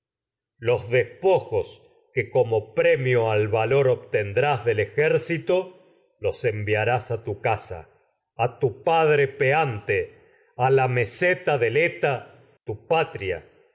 los despojos del que como premio al valor obten a drás ejército a los enviarás tu casa a tu padre botín peante que valo la meseta ese del eta en tu patria